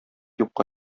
юкка